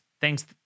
thanks